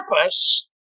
purpose